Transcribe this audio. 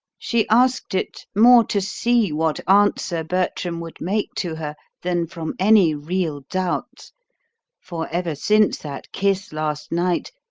she asked it, more to see what answer bertram would make to her than from any real doubt for ever since that kiss last night,